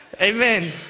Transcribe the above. Amen